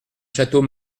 château